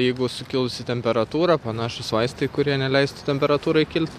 jeigu sukilusi temperatūra panašūs vaistai kurie neleistų temperatūrai kilt